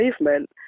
movement